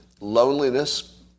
loneliness